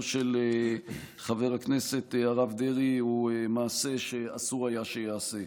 של חבר הכנסת הרב דרעי הוא מעשה שאסור היה שייעשה.